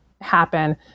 happen